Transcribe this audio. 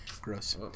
Gross